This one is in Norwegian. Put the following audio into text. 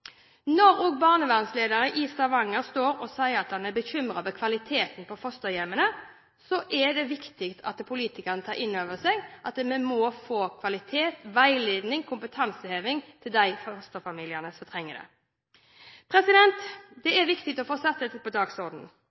Når barnevernslederen i Stavanger sier at man er bekymret over kvaliteten på fosterhjemmene, er det viktig at politikerne tar inn over seg at vi må få kvalitet, man må gi veiledning – kompetanseheving – til de fosterfamiliene som trenger det. Det er viktig å få satt dette på